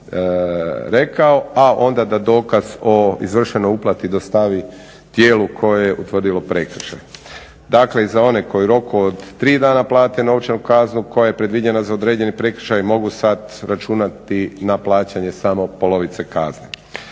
A onda da dokaz o izvršenoj uplati dostave tijelu koje je utvrdilo prekršaj. Dakle, i za one koji u roku od tri dana plate novčanu kaznu koja je predviđena za određeni prekršaj mogu sad računati na plaćanje samo polovice kazne.